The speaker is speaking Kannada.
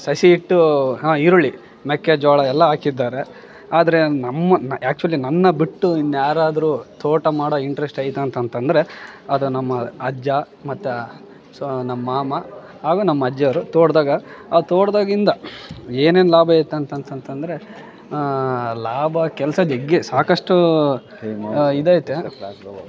ಸಸಿ ಇಟ್ಟು ಹಾಂ ಈರುಳ್ಳಿ ಮಕ್ಕೇ ಜೋಳ ಎಲ್ಲ ಹಾಕಿದ್ದಾರೆ ಆದರೆ ನಮ್ಮ ನ ಯಾಕ್ಚುಲಿ ನನ್ನ ಬಿಟ್ಟು ಇನ್ಯಾರಾದರು ತೋಟ ಮಾಡೋ ಇಂಟ್ರೆಸ್ಟ್ ಐತ ಅಂತ ಅಂತಂದರೆ ಅದು ನಮ್ಮ ಅಜ್ಜ ಮತ್ತು ಆ ಸೊ ನಮ್ಮ ಮಾಮ ಹಾಗು ನಮ್ಮ ಅಜ್ಜಿಯವರು ತೋಟದಾಗ ಆ ತೋಟದಾಗಿಂದ ಏನೇನು ಲಾಭ ಐತಂತಂತಂತಂದರೆ ಲಾಭ ಕೆಲಸ ಜಗ್ಗಿ ಸಾಕಷ್ಟು ಇದೈತೆ